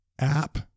app